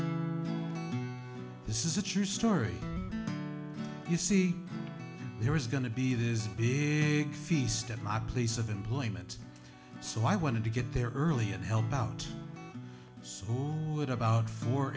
g this is a true story you see there is going to be this big feast at my place of employment so i wanted to get there early and help out so you're at about four